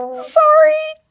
sorry!